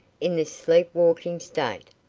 in this sleep-walking state,